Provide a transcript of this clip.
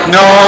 no